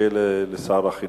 נחכה לשר החינוך.